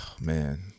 Man